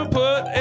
put